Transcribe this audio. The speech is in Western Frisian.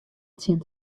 tsjin